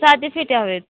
साधे फेटे हवे आहेत